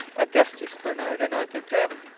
augustus barnard and arthur pym.